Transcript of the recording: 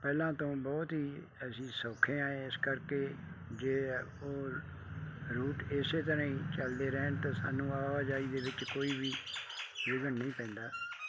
ਪਹਿਲਾਂ ਤੋਂ ਬਹੁਤ ਹੀ ਅਸੀਂ ਸੌਖੇ ਹਾਂ ਇਸ ਕਰਕੇ ਜੇ ਪੁਰ ਰੂਟ ਇਸ ਤਰ੍ਹਾਂ ਹੀ ਚੱਲਦੇ ਰਹਿਣ ਤਾਂ ਸਾਨੂੰ ਆਵਾਜਾਈ ਦੇ ਵਿੱਚ ਕੋਈ ਵੀ ਵਿਘਨ ਨਹੀਂ ਪੈਂਦਾ